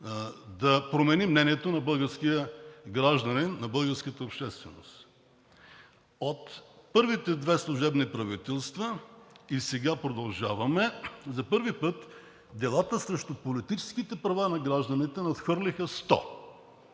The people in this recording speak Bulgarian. да промени мнението на българския гражданин, на българската общественост. От първите две служебни правителства, а и сега продължаваме, за първи път делата срещу политическите права на гражданите надхвърлиха 100.